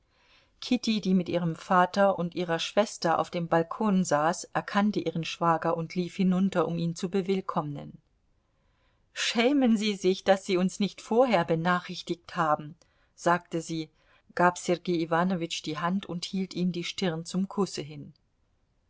kitty die mit ihrem vater und ihrer schwester auf dem balkon saß erkannte ihren schwager und lief hinunter um ihn zu bewillkommnen schämen sie sich daß sie uns nicht vorher benachrichtigt haben sagte sie gab sergei iwanowitsch die hand und hielt ihm die stirn zum kusse hin